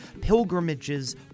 Pilgrimage's